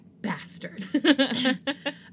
bastard